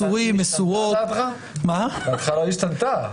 דעתך לא השתנתה.